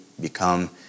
become